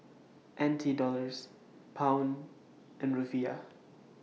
N T Dollars Pound and Rufiyaa